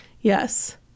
yes